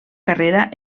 carrera